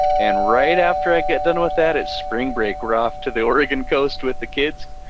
and right after i get done, with that, it's spring break, we're off to the oregon coast with the kids.